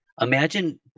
Imagine